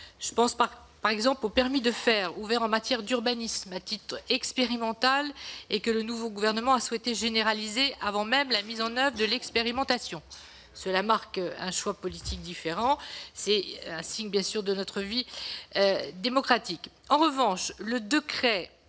Je pense, par exemple, au permis de faire ouvert en matière d'urbanisme à titre expérimental, que le nouveau gouvernement a souhaité généraliser avant même la mise en place de l'expérimentation. Ce choix politique différent est, bien sûr, le signe de notre vie démocratique ... En revanche, le décret